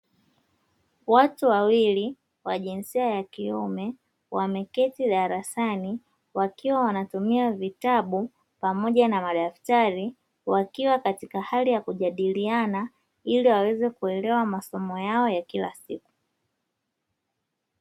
Watu wawili wa jinsia ya kiume, wameketi darasani. Wakiwa wanatumia vitabu pamoja na madaftari. Wakiwa katika hali ya kujadiliana ili waweze kuelewa masomo yao ya kila siku.